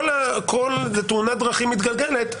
כל תאונת דרכים מתגלגלת,